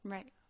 Right